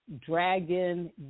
dragon